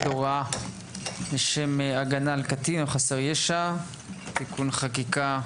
הוראה לשם הגנה על קטין או חסר ישע (תיקוני חקיקה),